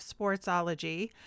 Sportsology